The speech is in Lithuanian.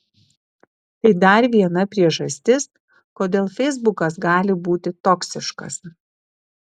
tai dar viena priežastis kodėl feisbukas gali būti toksiškas